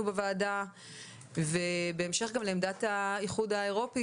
בוועדה ובהמשך גם לעמדת האיחוד האירופאי